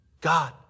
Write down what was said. God